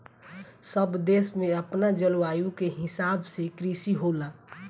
सब देश में अपना जलवायु के हिसाब से कृषि होला